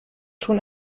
schon